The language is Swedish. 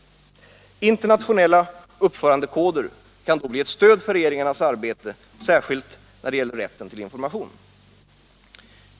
Internationella uppförandekoder kan sedan bli ett stöd för regeringarnas arbete särskilt när det gäller rätten till information.